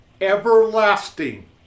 everlasting